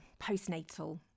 postnatal